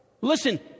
Listen